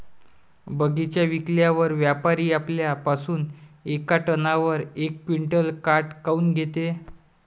बगीचा विकल्यावर व्यापारी आपल्या पासुन येका टनावर यक क्विंटल काट काऊन घेते?